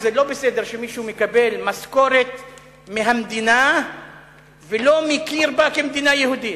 זה לא בסדר שמישהו מקבל משכורת מהמדינה ולא מכיר בה כמדינה יהודית.